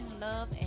love